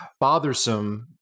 Bothersome